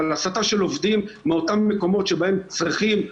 אבל הסטה של עובדים מאותם מקומות שבהם צריכים,